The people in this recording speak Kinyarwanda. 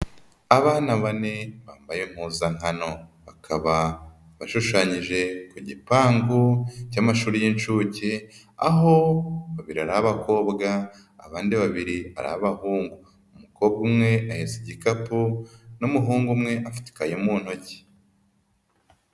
Abana bane bambaye impuzankano bakaba bashushanyije ku gipangu cy'amashuri y'incuke, aho babiri ari abakobwa abandi babiri ari abahungu. Umukobwa umwe ehetse igikapu n'umuhungu umwe afite ikaye mu ntoki.